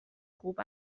خوب